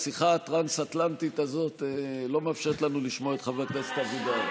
השיחה הטרנס-אטלנטית הזאת לא מאפשרת לנו לשמוע את חבר הכנסת אבידר.